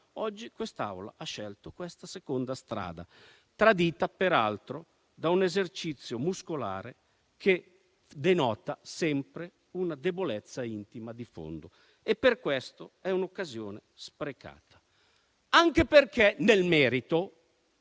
Oggi quest'Assemblea ha scelto questa seconda strada, tradita peraltro da un esercizio muscolare che denota sempre una debolezza intima di fondo. Per questo, è un'occasione sprecata, anche perché nel merito,